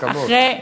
אחרי הסכמות.